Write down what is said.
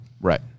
Right